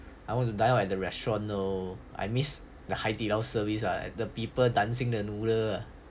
I want to dine out at the restaurant no I miss the 海底捞 service ah the people dancing the noodle